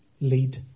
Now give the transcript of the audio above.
lead